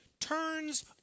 turns